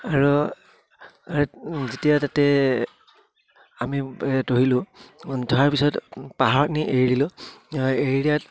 আৰু যেতিয়া তাতে আমি ধৰিলোঁ ধাৰৰ পিছত পাহাৰত নি এৰি দিলোঁ এৰি দিয়াত